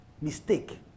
mistake